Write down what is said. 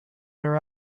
their